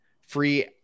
free